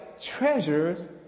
treasures